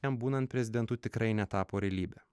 jam būnant prezidentu tikrai netapo realybe